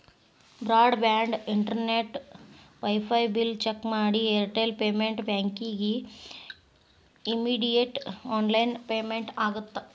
broad band internet wifi bill check ಮಾಡಿ Airtel payment ಬ್ಯಾಂಕಿಗಿ immediate online payment ಆಗತ್ತಾ